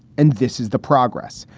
and this is the progress.